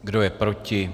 Kdo je proti?